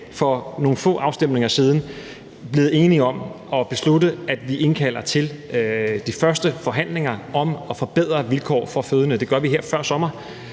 for nogle få afstemninger siden blevet enig om at beslutte, at vi indkalder til de første forhandlinger om at forbedre vilkårene for fødende. Det gør vi her før sommer,